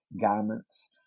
garments